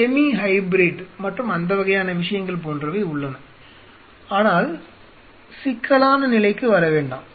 semi hybrid மற்றும் அந்த வகையான விஷயங்கள் போன்றவை உள்ளன ஆனால் சிக்கலான நிலைக்கு வர வேண்டாம்